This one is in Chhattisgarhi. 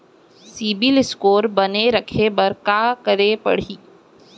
सिबील स्कोर बने रखे बर का करे पड़ही?